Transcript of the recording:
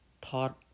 taught